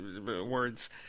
words